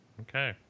Okay